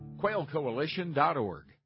Quailcoalition.org